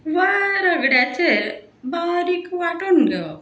वा रगड्याचेर बारीक वांटून घेवप